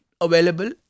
available